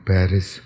Paris